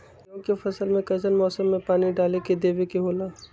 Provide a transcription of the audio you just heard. गेहूं के फसल में कइसन मौसम में पानी डालें देबे के होला?